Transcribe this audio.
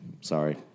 sorry